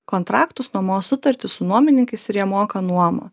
kontraktus nuomos sutartį su nuomininkais ir jie moka nuomą